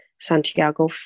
Santiago